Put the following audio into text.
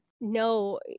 no